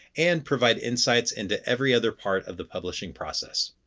and provide insights into every other part of the publishing process.